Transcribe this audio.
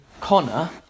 Connor